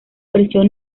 prisión